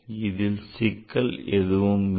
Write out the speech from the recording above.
இதில் சிக்கல் எதுவும் இல்லை